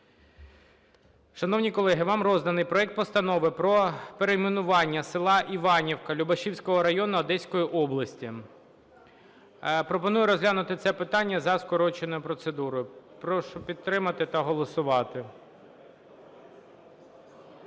Шановні колеги, вам розданий проект Постанови про перейменування села Іванівка Любашівського району Одеської області. Пропоную розглянути це питання за скороченою процедурою. Прошу підтримати та голосувати.